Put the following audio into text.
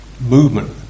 movement